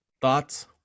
Thoughts